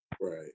Right